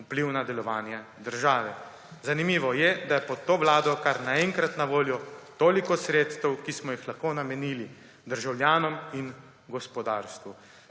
vpliv na delovanje države. Zanimivo je, da je pod to vlado kar naenkrat na voljo toliko sredstev, ki smo jih lahko namenili državljanom in gospodarstvu.